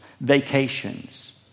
vacations